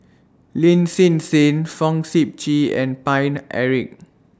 Lin Hsin Hsin Fong Sip Chee and Paine Eric